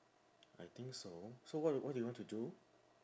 I think so so what what do you want to do